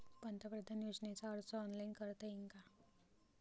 पंतप्रधान योजनेचा अर्ज ऑनलाईन करता येईन का?